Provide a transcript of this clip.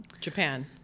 Japan